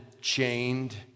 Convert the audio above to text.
chained